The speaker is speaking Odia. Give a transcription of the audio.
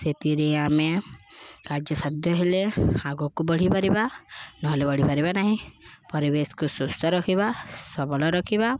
ସେଥିରେ ଆମେ କାର୍ଯ୍ୟସାଧ୍ୟ ହେଲେ ଆଗକୁ ବଢ଼ିପାରିବା ନହେଲେ ବଢ଼ିପାରିବା ନାହିଁ ପରିବେଶକୁ ସୁସ୍ଥ ରଖିବା ସବଳ ରଖିବା